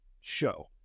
Show